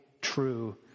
true